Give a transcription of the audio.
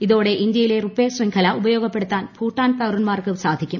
ഇതോടെ ഇന്ത്യയിലെ റുപ്പെ ശൃംഖല ഉപയോഗപ്പെടുത്താൻ ഭൂട്ടാൻ പൌരന്മാർക്ക് സാധിക്കും